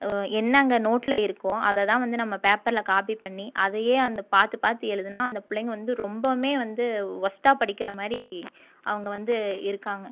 என்ன அங்கே நோட்ல இருக்கோ அதை தான் வந்து நம்ம பேப்பர்ல காப்பி பண்ணி அதையே அந்த பார்த்து பார்த்து எழுதுனா அந்த பிள்ளைங்க வந்து ரொம்பவுமே வந்து ஒர்ஸ்ட்டாக படிக்கிற மாதிரி அவங்க வந்து இருக்காங்க